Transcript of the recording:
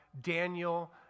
Daniel